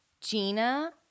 Gina